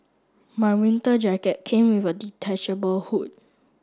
my winter jacket came with a detachable hood